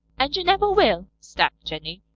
and you never will, snapped jenny.